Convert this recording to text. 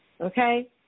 Okay